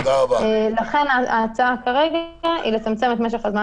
לכן ההצעה כרגע היא לצמצם את משך הזמן